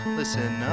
listen